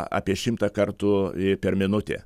apie šimtą kartų per minutę